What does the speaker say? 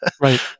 Right